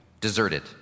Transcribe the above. deserted